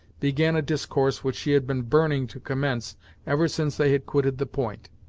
began a discourse which she had been burning to commence ever since they had quitted the point.